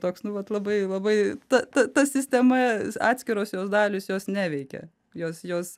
toks nu vat labai labai ta ta sistema atskiros jos dalys jos neveikia jos jos